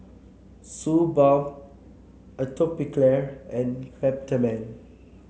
Suu Balm Atopiclair and Peptamen